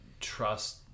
trust